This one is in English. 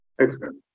Excellent